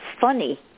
funny